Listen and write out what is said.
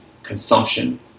consumption